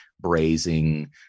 braising